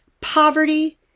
poverty